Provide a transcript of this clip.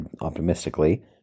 optimistically